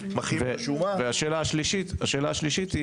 השאלה השלישית היא